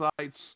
sites